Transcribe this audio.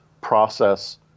process